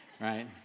right